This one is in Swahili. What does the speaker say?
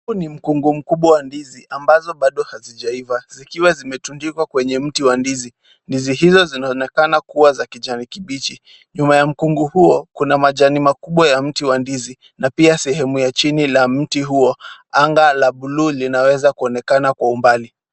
Huu ni mkungu mkubwa wa ndizi ambazo bado hazijaiva zikiwa zimetundikwa kwenye mti wa ndizi. Ndizi hizo zinaonekana kuwa za kijani kibichi. Nyuma ya mkungu huo kuna majani makubwa ya mti wa ndizi na pia sehemu ya chini la mti huo anga la blue linaweza kuonekana kwa umbali.